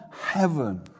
heaven